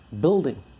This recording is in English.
building